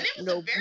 no